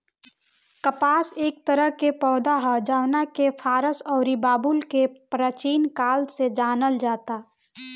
कपास एक तरह के पौधा ह जवना के फारस अउरी बाबुल में प्राचीन काल से जानल जाता